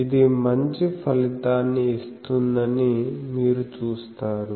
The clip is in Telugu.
ఇది మంచి ఫలితాన్ని ఇస్తుందని మీరు చూస్తారు